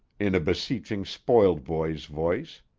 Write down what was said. in a beseeching spoiled-boy's voice,